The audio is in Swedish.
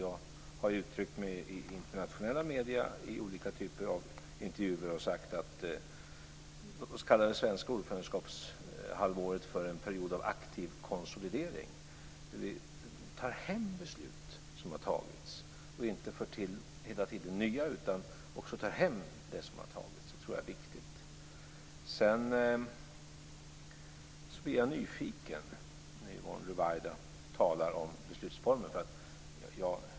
Jag har sagt i internationella medier i olika typer av intervjer att låt oss kalla det s.k. svenska ordförandeskapshalvåret för en period av aktiv konsolidering där vi tar hem beslut som har fattats och inte hela tiden för till nya. Det tror jag är viktigt. Sedan blir jag nyfiken när Yvonne Ruwaida talar om beslutsformer.